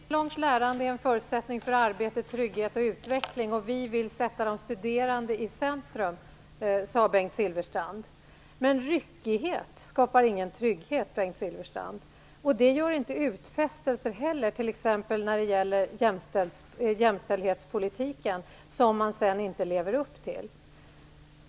Fru talman! Livslångt lärande är en förutsättning för arbete, trygghet och utveckling, och vi vill sätta de studerande i centrum, sade Bengt Silfverstrand. Men ryckighet skapar ingen trygghet, Bengt Silfverstrand. Och det gör inte heller utfästelser som man inte lever upp till, t.ex. när det gäller jämställdhetspolitiken.